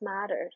matters